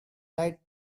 write